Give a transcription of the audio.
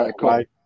right